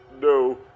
no